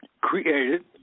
created